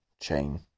chain